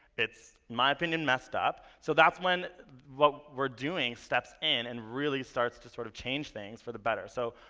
it's, my opinion, messed up. so that's when what we're doing steps in and really starts to sort of change things for the better. so,